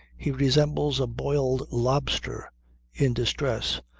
he resembles a boiled lobster in distress,